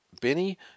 Benny